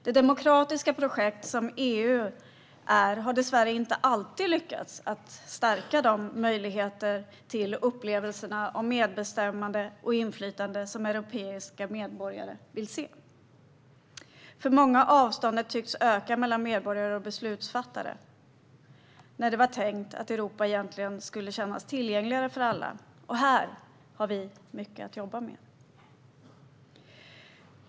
Det demokratiska projekt som EU är har dessvärre inte alltid lyckats stärka de möjligheter till och upplevelser av medbestämmande och inflytande som europeiska medborgare vill se. För många har avståndet mellan medborgare och beslutsfattare tyckts öka. Men tanken var att Europa skulle kännas mer tillgängligt för alla. Här har vi mycket att jobba med.